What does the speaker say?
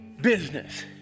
business